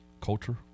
Culture